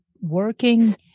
working